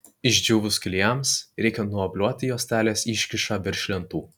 išdžiūvus klijams reikia nuobliuoti juostelės iškyšą virš lentų